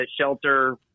shelter